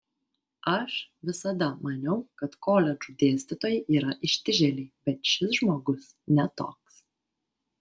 aš visada maniau kad koledžų dėstytojai yra ištižėliai bet šis žmogus ne toks